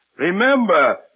Remember